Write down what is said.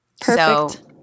Perfect